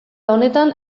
honetan